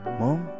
mom